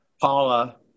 Paula